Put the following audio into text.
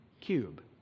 cube